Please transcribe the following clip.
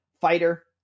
fighter